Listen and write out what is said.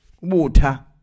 Water